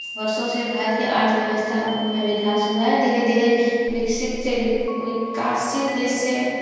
वर्षों से भारत की अर्थव्यवस्था में विकास हुआ है धीरे धीरे विकसित से विकासशील देश से